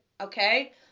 okay